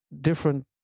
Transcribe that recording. different